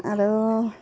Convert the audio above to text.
আৰু